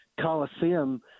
Coliseum